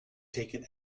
taken